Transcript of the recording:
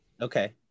okay